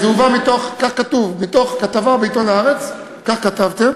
זה הובא מתוך כתבה בעיתון "הארץ"; כך כתבתם.